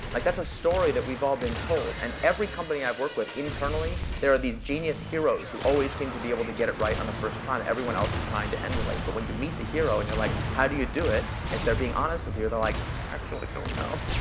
like that's a story that we've all been told. and every company i've worked with internally, there are these genius heroes who always seem to be able to get it right on the first try and everyone else is trying to emulate. but when you meet the hero, and you're like, how do you do it? if they're being honest with you, they're like, i actually don't know.